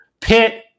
Pitt